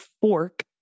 FORK